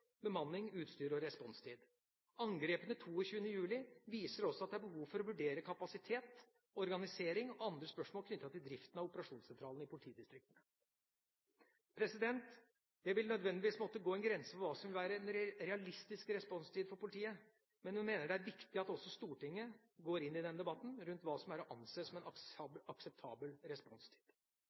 bemanning, utstyr og responstid. Angrepene 22. juli viser også at det er behov for å vurdere kapasitet, organisering og andre spørsmål knyttet til driften av operasjonssentralene i politidistriktene. Det vil nødvendigvis måtte gå en grense for hva som vil være en realistisk responstid for politiet, men jeg mener det er viktig at også Stortinget går inn i denne debatten rundt hva som er å anse som en akseptabel responstid.